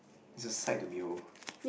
it's a sight to behold